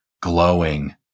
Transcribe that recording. glowing